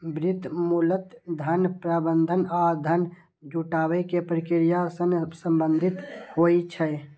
वित्त मूलतः धन प्रबंधन आ धन जुटाबै के प्रक्रिया सं संबंधित होइ छै